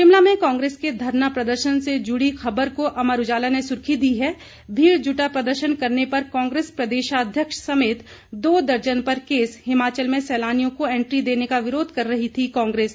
शिमला में कांग्रेस के धरना प्रदर्शन से जुड़ी खबर को अमर उजाला ने सुर्खी दी है भीड़ जुटा प्रदर्शन करने पर कांग्रेस प्रदेशाध्यक्ष समेत दो दर्जन पर केस हिमाचल में सैलानियों को एंट्री देने का विरोध कर रही थी कांग्रेस